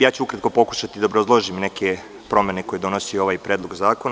Ja ću ukratko pokušati da obrazložim neke promene koje donosi ovaj Predlog zakona.